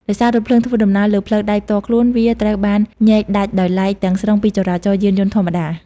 ដោយសាររថភ្លើងធ្វើដំណើរលើ ផ្លូវដែកផ្ទាល់ខ្លួន វាត្រូវបានញែកដាច់ដោយឡែកទាំងស្រុងពីចរាចរណ៍យានយន្តធម្មតា។